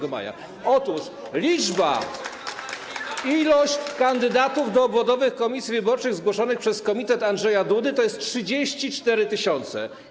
Otóż liczba kandydatów do obwodowych komisji wyborczych zgłoszonych przez komitet Andrzeja Dudy to 34 tys.